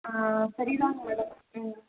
ஆ சரி தாங்க மேடம் ம்